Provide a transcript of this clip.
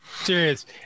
serious